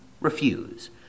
refuse